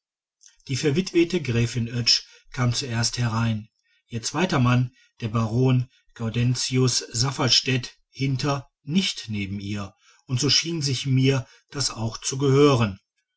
die verwitwete gräfin oetsch kam zuerst herein ihr zweiter mann der baron gaudentius safferstätt hinter nicht neben ihr und so schien sich mir das auch zu gehören